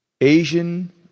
Asian